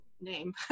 name